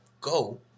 go